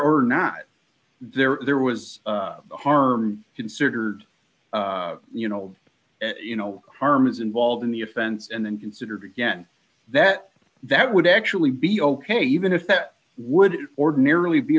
or not they're there was harm considered you know you know harm is involved in the offense and then considered again that that would actually be ok even if that would ordinarily be